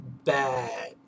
bad